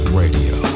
radio